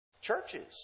churches